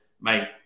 mate